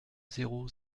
zéro